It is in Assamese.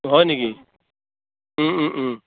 হয় নেকি